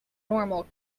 normal